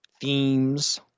themes